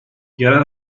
yerel